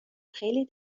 خیلی